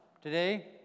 today